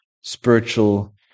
spiritual